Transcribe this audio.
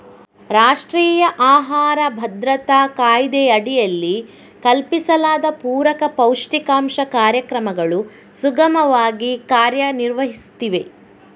ರಾಷ್ಟ್ರೀಯ ಆಹಾರ ಭದ್ರತಾ ಕಾಯ್ದೆಯಡಿಯಲ್ಲಿ ಕಲ್ಪಿಸಲಾದ ಪೂರಕ ಪೌಷ್ಟಿಕಾಂಶ ಕಾರ್ಯಕ್ರಮಗಳು ಸುಗಮವಾಗಿ ಕಾರ್ಯ ನಿರ್ವಹಿಸುತ್ತಿವೆ